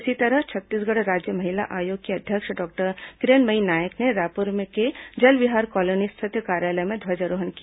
इसी तरह छत्तीसगढ़ राज्य महिला आयोग की अध्यक्ष डॉक्टर किरणमयी नायक ने रायपुर के जल विहार कॉलोनी स्थित कार्यालय में ध्वजारोहण किया